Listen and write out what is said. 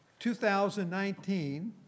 2019